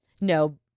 No